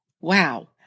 Wow